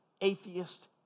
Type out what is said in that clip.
atheist